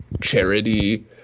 charity